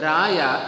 Raya